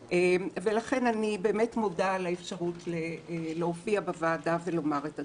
לכן אני באמת מודה על האפשרות להופיע בוועדה ולומר את הדברים.